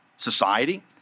society